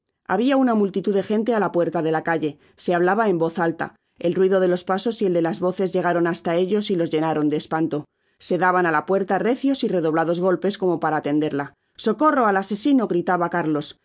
habia una multitud de gente á la puerta de la calle se hablaba en voz alta el ruido de los pasos y el de las voces llegaron hasta ellos y los llenaron de espanto se daban á la puerta recios y redoblados golpes como para tenderla socorro al asesino gritaba carlos en